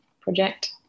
project